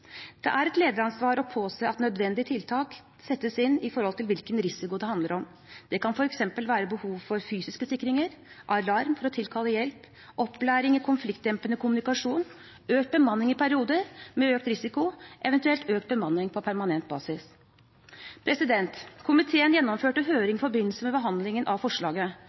Det er et lederansvar å påse at nødvendige tiltak settes inn, ut fra hvilken risiko det handler om. Det kan f.eks. være behov for fysiske sikringer, alarm for å tilkalle hjelp, opplæring i konfliktdempende kommunikasjon, økt bemanning i perioder med økt risiko, eventuelt økt bemanning på permanent basis. Komiteen gjennomførte høring i forbindelse med behandlingen av forslaget.